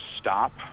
stop